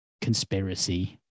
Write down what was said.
conspiracy